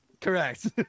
correct